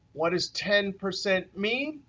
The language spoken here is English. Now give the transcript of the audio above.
what does ten percent mean?